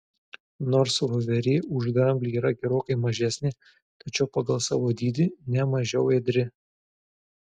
nors voverė už dramblį yra gerokai mažesnė tačiau pagal savo dydį ne mažiau ėdri